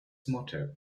motto